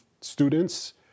students